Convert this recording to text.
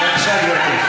בבקשה, גברתי.